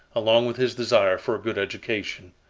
along with his desire for a good education.